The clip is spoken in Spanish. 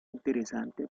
interesante